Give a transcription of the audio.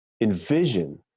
envision